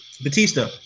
Batista